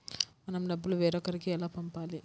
మన డబ్బులు వేరొకరికి ఎలా పంపాలి?